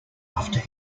after